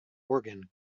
organ